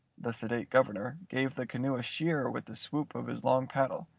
the sedate governor, gave the canoe a sheer with the swoop of his long paddle,